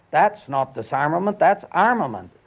that's not disarmament, that's armament.